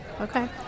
Okay